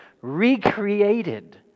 Recreated